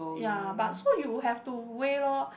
ya but so you have to weigh lor